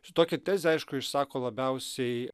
šitokią tezę aišku išsako labiausiai